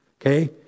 Okay